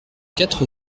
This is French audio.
quatre